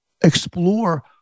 explore